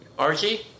Archie